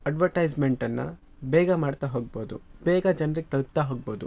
ಅಡ್ವಟೈಸ್ಮೆಂಟನ್ನು ಬೇಗ ಮಾಡ್ತಾ ಹೋಗ್ಬೋದು ಬೇಗ ಜನ್ರಿಗೆ ತಲುಪ್ತಾ ಹೋಗ್ಬೋದು